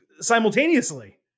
simultaneously